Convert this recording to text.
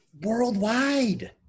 Worldwide